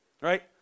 right